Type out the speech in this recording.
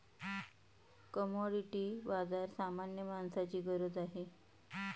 commodity बाजार सामान्य माणसाची गरज आहे